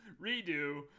redo